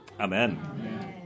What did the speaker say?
Amen